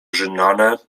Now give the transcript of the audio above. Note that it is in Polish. rzynane